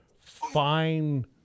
fine